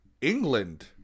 England